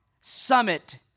summit